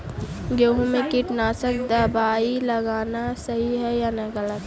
गेहूँ में कीटनाशक दबाई लगाना सही है या गलत?